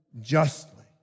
justly